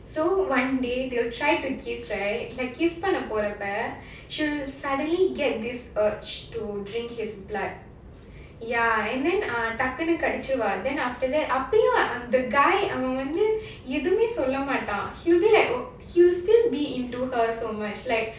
so one day they'll try to kiss right like kiss kiss பண்ணபோறப்ப:pannaporappa she'll suddenly get this urge to drink his blood ya and then ah அவன் டக்குனு கடை வச்சுருவான்:avan takkunu kadai vachurvuvaan then after that அப்பவும்:appavum the guy அவன் எதுவுமே சொல்லமாட்டான்:avan edhuvumae sollamaataan he'll be like he'll still be into her so much like